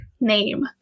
name